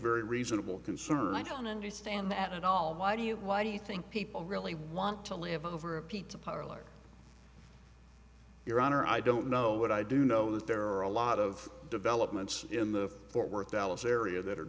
very reasonable concern i don't understand at all why do you why do you think people really want to live over a pizza parlor your honor i don't know what i do know that there are a lot of developments in the fort worth dallas area that are